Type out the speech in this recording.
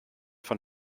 von